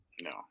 No